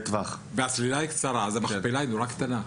והצלילה היא קצרה, אז המכפלה היא נורא קטנה.